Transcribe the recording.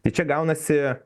tai čia gaunasi